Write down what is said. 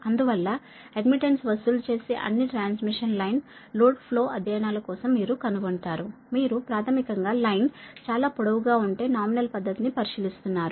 అందువల్ల అడ్మిటెన్స్ వసూలు చేసే అన్ని ట్రాన్స్మిషన్ లైన్ లోడ్ ఫ్లో అధ్యయనాల కోసం మీరు కనుగొంటారు మీరు ప్రాథమికం గా లైన్ చాలా పొడవు గా ఉంటే నామినల్ పద్ధతి ని పరిశీలిస్తున్నారు